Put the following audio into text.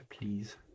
please